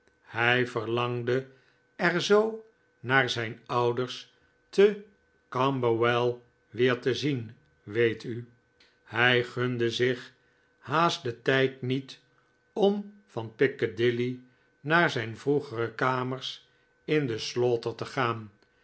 hij verlangde er zoo naar zijn ouders te camberwell weer te zien weet u hij gunde zich haast den tijd niet om van piccadilly naar zijn vroegere kamers in de slaughter te gaan